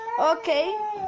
okay